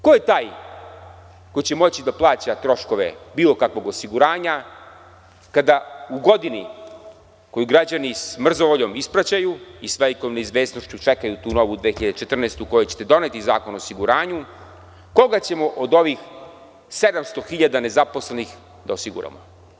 Ko je taj ko će moći da plaća troškove bilo kakvog osiguranja, kada u godini koju građani sa mrzovoljom ispraćaju i sa velikom neizvesnošću čekaju tu novu 2014. godinu u kojoj ćete doneti zakon o osiguranju, koga ćemo od ovih 700.000 nezaposlenih da osiguramo?